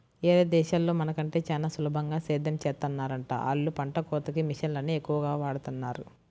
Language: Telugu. యేరే దేశాల్లో మన కంటే చానా సులభంగా సేద్దెం చేత్తన్నారంట, ఆళ్ళు పంట కోతకి మిషన్లనే ఎక్కువగా వాడతన్నారు